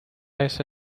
ese